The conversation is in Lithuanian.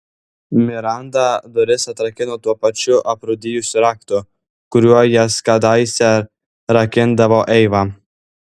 miranda duris atrakino tuo pačiu aprūdijusiu raktu kuriuo jas kadaise rakindavo eiva